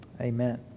Amen